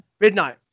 Midnight